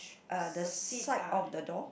uh the side of the door